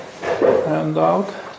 handout